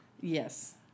Yes